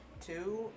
two